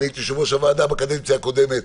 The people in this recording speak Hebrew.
הייתי יושב-ראש הוועדה בקדנציה הקודמת,